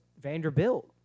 Vanderbilt